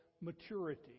Maturity